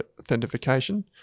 authentication